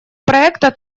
проекта